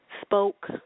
spoke